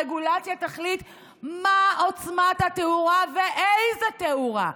הרגולציה תחליט מה עוצמת התאורה ואיזו תאורה.